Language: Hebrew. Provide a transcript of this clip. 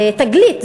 זו תגלית,